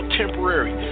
temporary